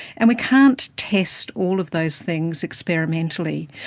and we can't test all of those things experimentally.